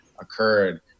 occurred